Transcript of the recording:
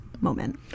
moment